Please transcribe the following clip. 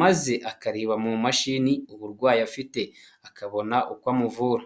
maze akareba mu mashini uburwayi afite akabona uko amuvura.